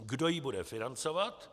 Kdo ji bude financovat?